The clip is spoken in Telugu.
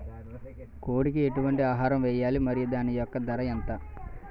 కోడి కి ఎటువంటి ఆహారం వేయాలి? మరియు దాని యెక్క ధర ఎంత?